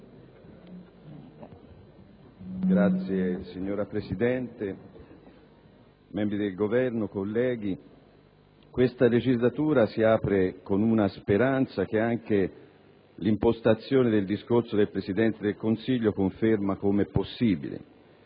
*(PD)*. Signor Presidente, onorevoli membri del Governo, onorevoli colleghi, questa legislatura si apre con una speranza che anche l'impostazione del discorso del Presidente del Consiglio conferma come possibile,